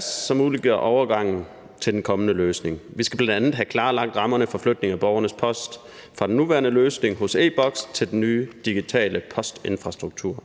som muliggør overgangen til den kommende løsning, kommer på plads. Vi skal bl.a. have klarlagt rammerne for flytningen af borgernes post fra den nuværende løsning hos e-Boks til den nye digitale postinfrastruktur.